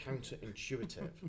counterintuitive